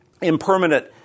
impermanent